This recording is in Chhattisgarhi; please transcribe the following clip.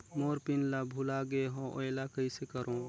मोर पिन ला भुला गे हो एला कइसे करो?